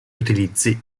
utilizzi